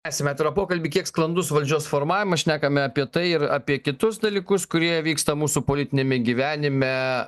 ęsiam atvirą pokalbį kiek sklandus valdžios formavimas šnekame apie tai ir apie kitus dalykus kurie vyksta mūsų politiniame gyvenime